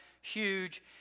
huge